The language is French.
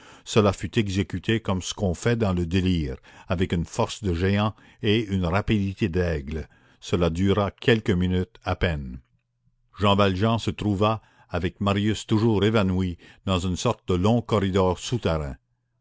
cela fut exécuté comme ce qu'on fait dans le délire avec une force de géant et une rapidité d'aigle cela dura quelques minutes à peine jean valjean se trouva avec marius toujours évanoui dans une sorte de long corridor souterrain